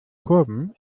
kurven